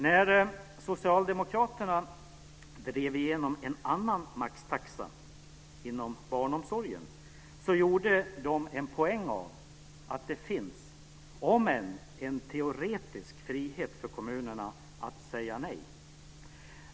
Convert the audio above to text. När socialdemokraterna drev igenom en annan maxtaxa, inom barnomsorgen, gjorde de en poäng av att det finns en, om än teoretisk, frihet för kommunerna att säga nej.